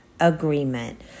agreement